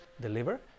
deliver